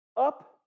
Up